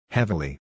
Heavily